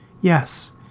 Yes